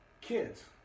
kids